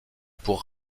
pour